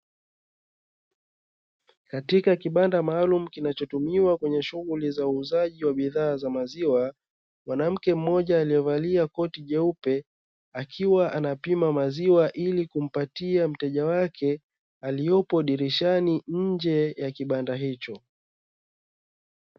Katika kibanda maalumu kinachotumiwa kwenye shughuli za uuzaji wa bidhaa za maziwa, mwanamke mmoja aliyevalia koti jeupe akiwa anapima maziwa ili, kumpatia mteja wake aliyepo dirishani nje ya kibanda hicho.